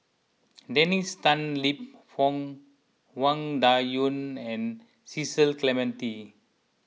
Dennis Tan Lip Fong Wang Dayuan and Cecil Clementi